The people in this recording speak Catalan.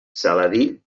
saladí